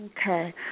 Okay